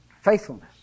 Faithfulness